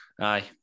aye